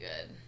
good